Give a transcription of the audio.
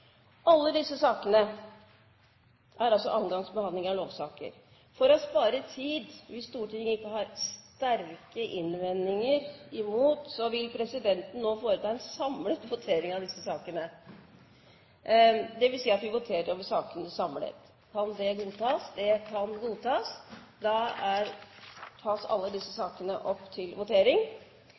Alle disse sakene er andre gangs behandling av lovsaker. For å spare tid, hvis Stortinget ikke har sterke innvendinger mot det, vil presidenten nå foreta en samlet votering av disse sakene. Det vil altså si at vi voterer over disse sakene samlet. – Det anses vedtatt. Det foreligger ingen forslag til